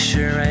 Sure